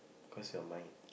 cause you're mine